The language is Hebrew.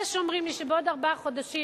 זה שאומרים לי שבעוד ארבעה חודשים,